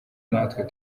natwe